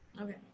Okay